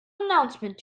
announcement